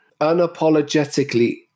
unapologetically